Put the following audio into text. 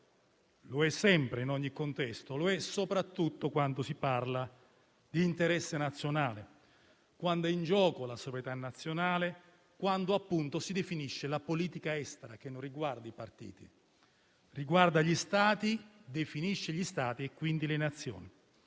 patriottica, in ogni contesto, soprattutto quando si parla di interesse nazionale, quando è in gioco la sovranità nazionale, quando si definisce la politica estera che non riguarda i partiti; riguarda gli Stati, definisce gli Stati e quindi le Nazioni.